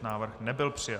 Návrh nebyl přijat.